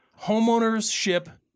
homeownership